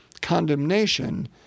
Condemnation